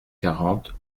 quarante